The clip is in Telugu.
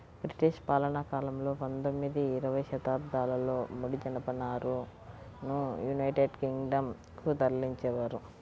బ్రిటిష్ పాలనాకాలంలో పందొమ్మిది, ఇరవై శతాబ్దాలలో ముడి జనపనారను యునైటెడ్ కింగ్ డం కు తరలించేవారు